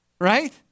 right